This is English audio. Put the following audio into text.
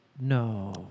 no